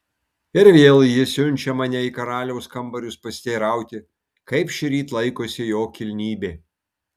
ir vėl ji siunčia mane į karaliaus kambarius pasiteirauti kaip šįryt laikosi jo kilnybė